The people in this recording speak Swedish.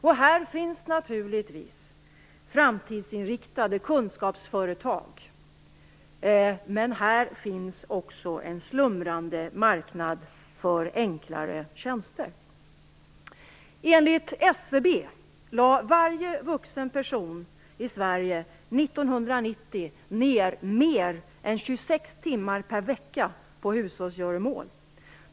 Här finns naturligtvis framtidsinriktade kunskapsföretag. Men här finns också en slumrande marknad för enklare tjänster. 1990 ned mer än 26 timmar per vecka på hushållsgöromål.